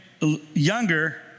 younger